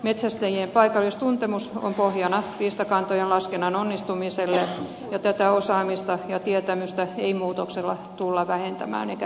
metsästäjien paikallistuntemus on pohjana riistakantojen laskennan onnistumiselle ja tätä osaamista ja tietämystä ei muutoksella tulla vähentämään eikä menetetä